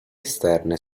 esterne